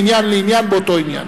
מעניין לעניין באותו עניין.